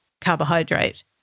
carbohydrate